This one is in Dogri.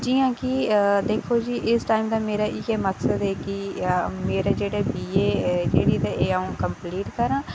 जि'यां कि दिक्खो जी इस टाईम ते मेरा इ'यै मकसद ऐ की मेरे जेह्ड़े बीए जेह्ड़ी ते एह् अ'ऊं कम्पलीट करां